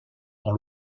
dans